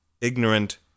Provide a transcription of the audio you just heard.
ignorant